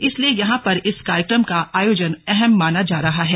इसलिए यहां पर इस कार्यक्रम का आयोजन अहम माना जा रहा है